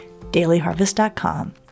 dailyharvest.com